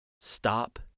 stop